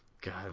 god